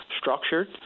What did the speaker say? structured